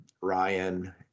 Ryan